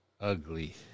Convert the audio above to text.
Ugly